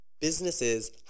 businesses